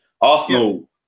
Arsenal